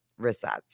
resets